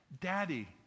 Daddy